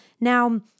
Now